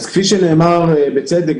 כפי שנאמר בצדק,